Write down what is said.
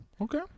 Okay